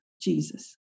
Jesus